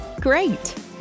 Great